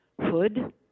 hood